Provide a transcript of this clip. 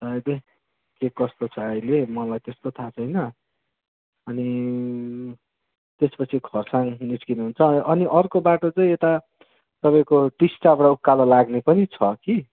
सायदै के कस्तो छ अहिले मलाई त्यस्तो थाहा छैन अनि त्यसपछि खरसाङ निस्किनु हुन्छ अनि अर्को बाटो चाहिँ यता तपाईँको टिस्टाबाट उकालो लाग्ने पनि छ कि